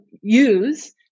use